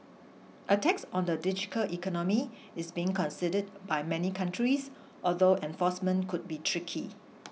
a tax on the digital economy is being considered by many countries although enforcement could be tricky